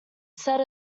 set